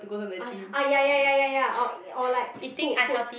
ah ah ya ya ya ya or or like food food